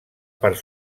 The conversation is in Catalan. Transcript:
part